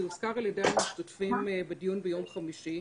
הוזכר על ידי המשתתפים בדיון ביום חמישי,